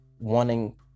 wanting